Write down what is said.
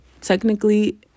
technically